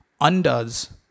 undoes